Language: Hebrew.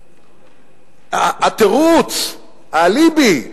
התירוץ, האליבי,